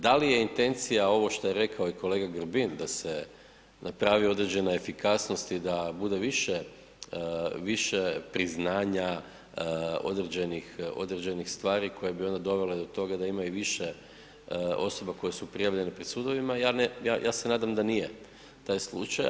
Da li je intencija ovo što je rekao i kolega Grbin da se napravi određena efikasnost i da bude više, više priznanja, određenih stvari koje bi onda dovele do toga da ima više osoba koje su prijavljene pred sudovima, ja se nadam da nije taj slučaj.